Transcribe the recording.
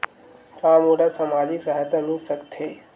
का मोला सामाजिक सहायता मिल सकथे?